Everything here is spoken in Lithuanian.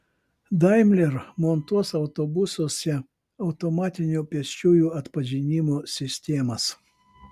daimler montuos autobusuose automatinio pėsčiųjų atpažinimo sistemas